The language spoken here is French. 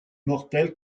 mortels